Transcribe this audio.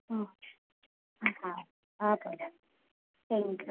હં એ હા હા ભલે થેન્ક યુ